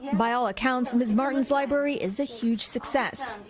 by all accounts, ms. martin's library is a huge success.